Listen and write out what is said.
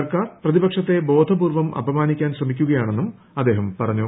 സർക്കാർ പ്രതിപക്ഷത്തെ ബോധപൂർവം അപമാനിക്കാൻ ശ്രമിക്കുകയാണെന്നും അദ്ദേഹം പറഞ്ഞു